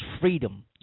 freedom